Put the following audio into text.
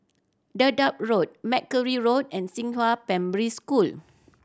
Dedap Road Mackerrow Road and Xinghua Primary School